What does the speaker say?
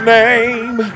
name